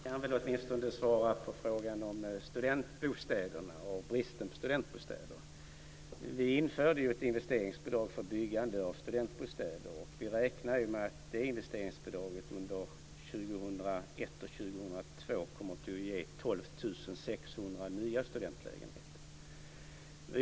Herr talman! Jag kan svara åtminstone på frågan om bristen på studentbostäder. Vi införde ett investeringsbidrag för byggande av studentbostäder, och vi räknar med att det investeringsbidraget under 2001 och 2002 kommer att ge 12 600 nya studentlägenheter.